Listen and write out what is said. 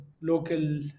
local